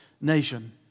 nation